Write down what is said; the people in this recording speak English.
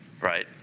right